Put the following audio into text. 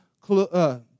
close